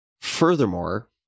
Furthermore